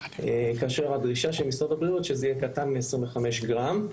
כאשר הדרישה של משרד הבריאות שזה יהיה קטן מ-25 גרם,